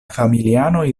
familianoj